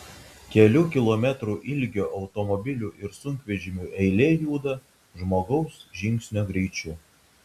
kelių kilometrų ilgio automobilių ir sunkvežimių eilė juda žmogaus žingsnio greičiu